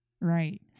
Right